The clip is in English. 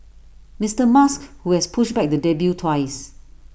Mister musk who has pushed back the debut twice